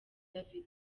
david